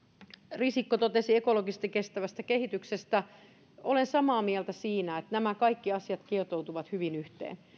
risikko totesi ekologisesti kestävästä kehityksestä ja olen samaa mieltä siinä että nämä kaikki asiat kietoutuvat hyvin yhteen